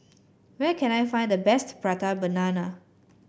where can I find the best Prata Banana